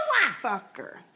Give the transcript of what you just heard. Fucker